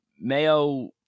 mayo